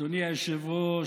אדוני היושב-ראש,